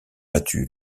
battu